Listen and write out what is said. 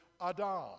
adam